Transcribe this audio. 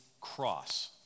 cross